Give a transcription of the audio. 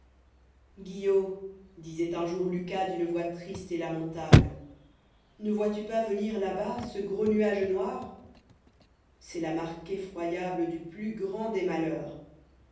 iuillot disoit un jour lucas d'une voix triste et lamentable ne vois-tu pas venir là bas ce gros nuage noir c'est la marque effroyabla du plus grand des malheurs